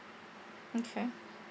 okay